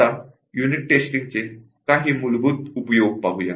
आता युनिट टेस्टिंगचे काही मूलभूत उपयोग पाहू